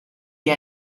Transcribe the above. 兖州